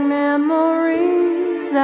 memories